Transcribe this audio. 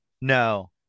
no